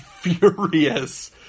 furious